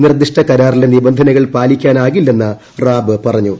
നിർദ്ദിഷ്ട കരാറിലെ നിബന്ധനകൾ പാലിക്കാനാകില്ലെന്ന് റാബ് പറഞ്ഞു